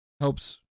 helps